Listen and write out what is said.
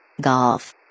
Golf